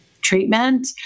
treatment